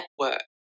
network